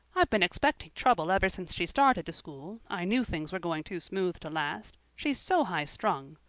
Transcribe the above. i've been expecting trouble ever since she started to school. i knew things were going too smooth to last. she's so high strung.